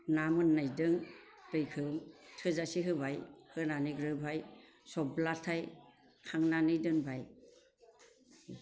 ना मोननायजों दैखो थोजासे होबाय होनानै ग्रोबहाय जबब्लाथाइ खांनानै दोनबाय